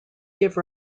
give